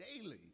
daily